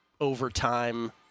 overtime